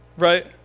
Right